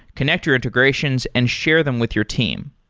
connect your integrations and share them with your team.